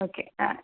okay ആ